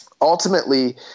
ultimately